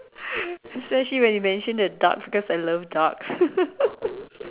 especially when you mention the duck cause I love duck